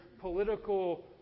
political